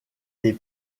des